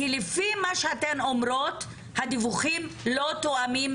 כי לפי מה שאתן אומרות הדיווחים לא תואמים